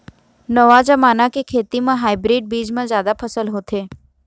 नवा जमाना के खेती म हाइब्रिड बीज म जादा फसल होथे